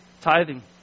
Tithing